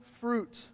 fruit